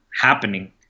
happening